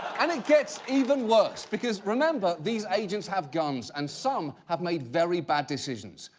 and it gets even worse. because remember, these agents have guns. and some have made very bad decisions.